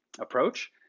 approach